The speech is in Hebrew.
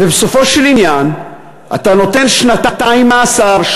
ובסופו של עניין אתה נותן שנתיים מאסר,